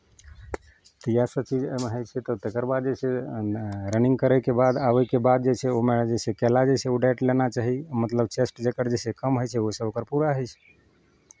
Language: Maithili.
तऽ इएह सभ चीज एहिमे होइ छै तकर बाद जे छै रनिंग करयके बाद आबयके बाद जे छै ओहिमे जे छै केरा जे छै ओ डाइट लेना चाही मतलब चेस्ट जकर जइसे कम होइ छै ओइसे ओकर पूरा होइ छै